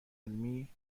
علمی